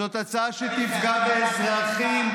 זאת הצעה שתפגע באזרחים.